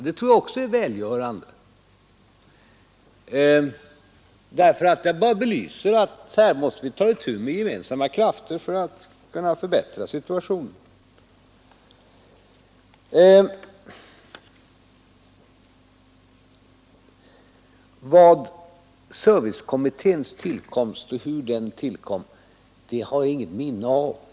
Det tror jag också är välgörande, eftersom det belyser att här måste vi ta itu med gemensamma krafter för att kunna förbättra situationen. Hur servicekommittén tillkom har jag inget minne av.